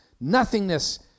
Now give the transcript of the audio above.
nothingness